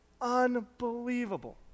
unbelievable